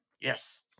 Yes